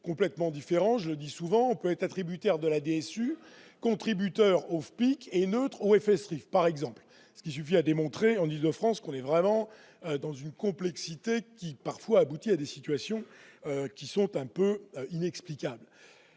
complètement différents, je le dis souvent : on peut être attributaires de la DSU contributeurs prouve Plick et notre festive par exemple l'ce qui suffit à démontrer en Île-de-France qu'on est vraiment dans une complexité parfois aboutit à des situations qui sont un peu inexplicable,